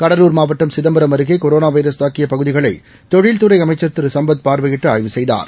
கடலூர் மாவட்டம் சிதம்பரம் அருகேகொரோனாவைரஸ் தாக்கியபகுதிகளைதொழில்துறைஅமைச்சர் திரு சம்பத் பார்வையிட்டுஆய்வு செய்தார்